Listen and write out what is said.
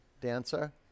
Dancer